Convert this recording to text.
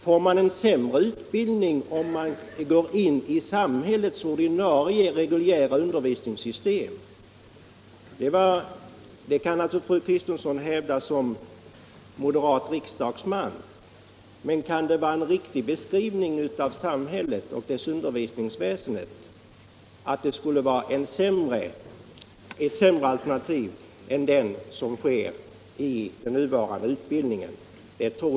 Får man en sämre utbildning om man går över till samhällets reguljära utbildningssystem? Det kan naturligtvis fru Kristensson hävda som moderat riksdagsman. Men kan det vara en riktig beskrivning av samhället och dess undervisningsväsen att detta skulle vara ett sämre alternativ än den nuvarande polisutbildningen?